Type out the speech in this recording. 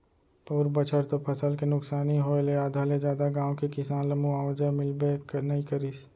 पउर बछर तो फसल के नुकसानी होय ले आधा ले जादा गाँव के किसान ल मुवावजा मिलबे नइ करिस